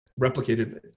replicated